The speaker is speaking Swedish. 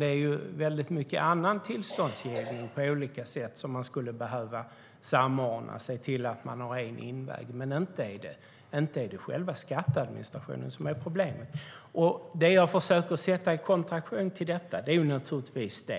Det är i stället mycket annan tillståndsgivning vi skulle behöva samordna och se till att det finns enDet jag försöker sätta i kontradiktion till detta är naturligtvis